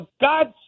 God's